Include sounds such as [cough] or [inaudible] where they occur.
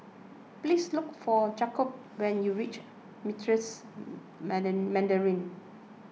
please look for Jakob when you reach Meritus [unintelligible] Mandarin